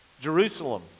Jerusalem